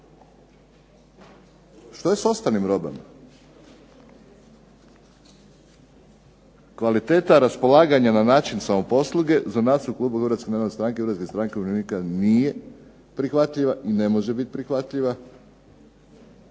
što je s ostalim robama? Kvaliteta raspolaganja na način samoposluge za nas u Klubu HNS-a HSU-a nije prihvatljiva i ne može biti prihvatljiva